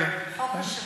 חוק השבה,